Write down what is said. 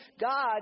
God